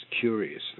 curious